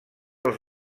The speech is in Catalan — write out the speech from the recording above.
els